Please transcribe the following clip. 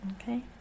okay